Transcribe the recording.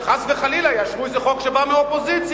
שחס וחלילה יאשרו איזה חוק שבא מהאופוזיציה.